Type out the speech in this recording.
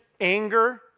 anger